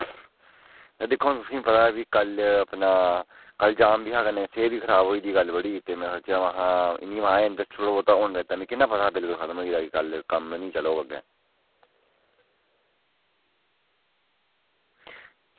ते दिक्खो हां तुसेंगी पता कल अपना कल जाम बी ऐ हा कन्नै सेह्त बी खराब होई गेदी ही कल बड़ी ते महां इ'यां महां थोहड़ा बहोत होन दित्ता मिगी नि ना हा पता बिलकुल खतम होई गेदा कल कम्म निं चलग अग्गें